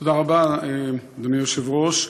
תודה רבה, אדוני היושב-ראש.